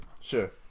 Sure